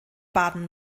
baden